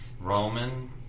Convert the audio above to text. Roman